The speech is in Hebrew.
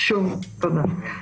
תודה.